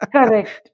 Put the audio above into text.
Correct